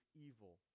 evil